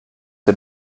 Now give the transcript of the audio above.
the